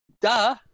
duh